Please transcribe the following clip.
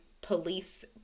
police